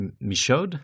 Michaud